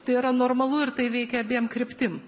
tai yra normalu ir tai veikia abiem kryptim